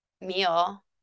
meal